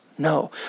No